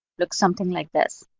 looks something like this.